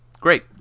great